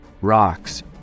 Rocks